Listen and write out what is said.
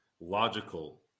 logical